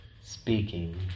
speaking